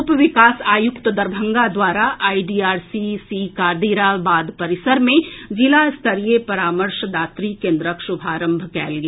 उप विकास आयुक्त दरभंगा द्वारा आइ डीआरसीसी कादिराबाद परिसर में जिला स्तरीय परामर्शदात्री केन्द्रक शुभारंभ कएल गेल